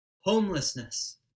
homelessness